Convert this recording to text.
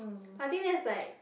I think that's like